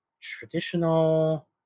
traditional